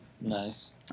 Nice